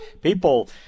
people